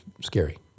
scary